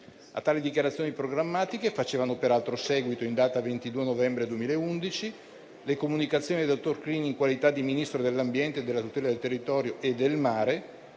A tali dichiarazioni programmatiche facevano peraltro seguito, in data 22 novembre 2011, le comunicazioni del dottor Clini in qualità di Ministro dell'ambiente e della tutela del territorio e del mare